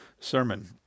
sermon